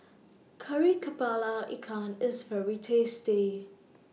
Kari Kepala Ikan IS very tasty